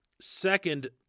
Second